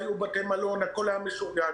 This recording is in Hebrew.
היו בתי מלון והכול היה משוריין.